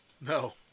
No